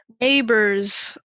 neighbors